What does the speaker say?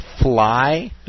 fly